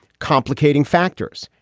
complicating factors,